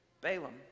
Balaam